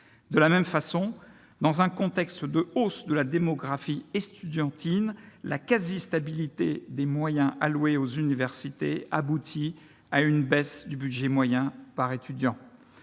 De la même façon, dans un contexte de hausse de la démographie estudiantine, la quasi-stabilité des moyens alloués aux universités aboutit à une baisse du budget moyen par étudiant.